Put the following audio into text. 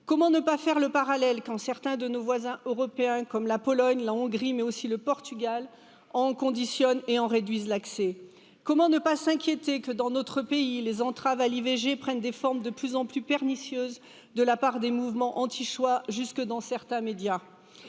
comment ne pas faire le parallèle quand certains de nos voisins européens comme la Pologne, la Hongrie, mais aussi le Portugal en conditionnent et en réduisent l'accès comment nee pas s'inquiéter que dans notre pays les entraves à l'ivg prennent des formes de pluss enplus, pernicieuses de la part des mouvements anti choix, jusque dans certains médias